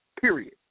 period